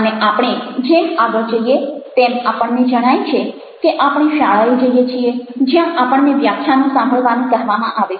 અને આપણે જેમ આગળ જઈએ તેમ આપણને જણાય છે કે આપણે શાળાએ જઈએ છીએ જ્યાં આપણને વ્યાખ્યાનો સાંભળવાનું કહેવામાં આવે છે